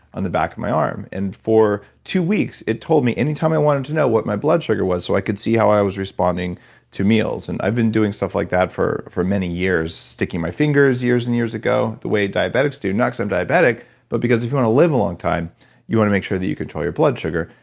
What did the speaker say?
on the back of my arm. and for two weeks it told me any time i wanted to know what my blood sugar was, so i could see how i was responding to meals. and i've been doing stuff like that for for many years sticking my fingers years and years ago, the way diabetics do, not because so i'm diabetic but because if you want to live a long time you want to make sure that you control your blood sugar,